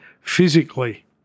physically